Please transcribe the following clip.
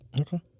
Okay